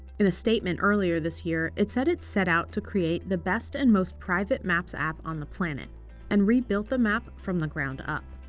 in a statement earlier this year, it said it set out to create the best and most private maps app on the planet and rebuilt the map from the ground up.